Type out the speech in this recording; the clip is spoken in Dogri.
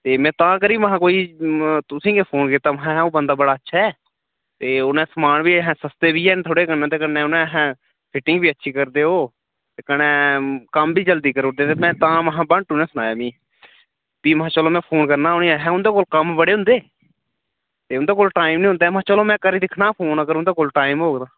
ते में तां करियै महां कोई तुसें ई गै फोन कीता महां ऐ कि ओह् बंदा बड़ा अच्छा ऐ ते उ'नें समान बी ऐहें सस्ते बी हैन थोह्ड़े ते कन्नै उ'नें ऐहें फिटिंग बी अच्छी करदे ओह् ते कनै कम्म बी जल्दी करू दे ओह् में तां महां बांटू नै सनाया मी भी चलो महां में फोन करना उ'नें गी ऐहें उं'दे कोल कम्म बड़े होंदे ते उं'दे कोल टाईम निं होंदा ऐ महां चलो महां में करी दिक्खना फोन अगर उं'दे कोल टाईम होग तां